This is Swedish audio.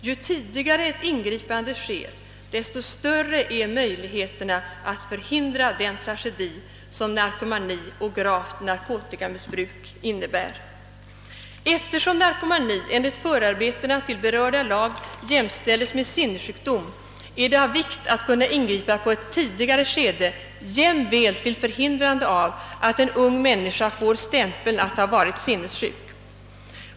Ju tidigare ett ingripande sker, desto större är möjligheterna att förhindra den tragedi, som narkomani och gravt narkotikamissbruk innebär. Eftersom narkomani enligt förarbetena till berörda lag jämställes med sinnessjukdom, är det av vikt att kunna ingripa på ett tidigare skede jämväl till förhindrande av att en ung människa får stämpeln att ha varit sinnessjuk.